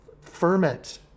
ferment